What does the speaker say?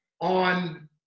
on